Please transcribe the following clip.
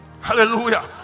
Hallelujah